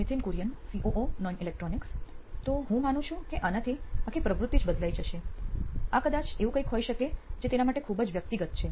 Nithin Kurian COO નોઇન electronics તો હું માનું છું કે આનાથી આખી પ્રવૃત્તિ જ બદલાઈ જશે આ કદાચ એવું કંઈક હશે જે તેના માટે ખૂબ જ વ્યક્તિગત છે